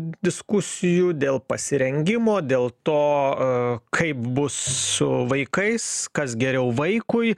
diskusijų dėl pasirengimo dėl to kaip bus su vaikais kas geriau vaikui